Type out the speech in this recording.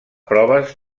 proves